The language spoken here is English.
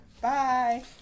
bye